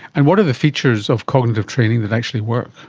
and what are the features of cognitive training that actually work?